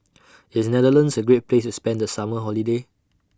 IS Netherlands A Great Place to spend The Summer Holiday